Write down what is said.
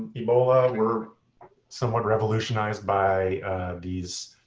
ebola were somewhat revolutionized by these